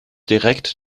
direkt